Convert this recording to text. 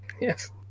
Yes